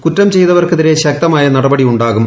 കുറ്റം ചെയ്തവർക്കെതിരെ ശക്തമായ നടപടി ഉണ്ടാകും